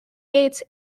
gates